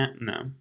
no